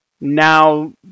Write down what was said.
Now